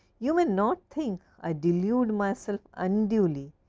you may not think i delude myself unduly.